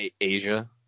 Asia